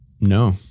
No